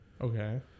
Okay